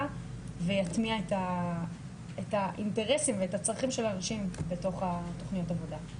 ויתניע את האינטרסים ואת הצרכים של הנשים בתוך תכניות העבודה.